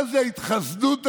מה זו ההתחסדות הזאת?